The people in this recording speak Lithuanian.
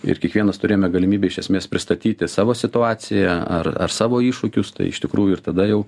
ir kiekvienas turėjome galimybę iš esmės pristatyti savo situaciją ar ar savo iššūkius tai iš tikrųjų ir tada jau